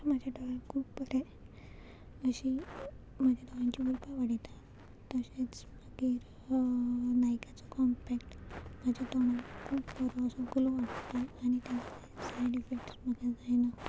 म्हाज्या डोन खूब बरें अशी म्हज्या दोळ्यांची उर्बा वाडयता तशेंच मागीर नायक्याचो कॉम्पॅक्ट म्हाज्या तोंडाक खूब बरो असो ग्लो वाडटा आनी ताचे सायड इफेक्ट्स म्हाका जायना